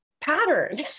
pattern